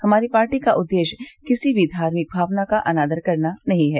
हमारी पार्टी का उददेश्य किसी की भी धार्मिक भावना का अनादर करना नहीं है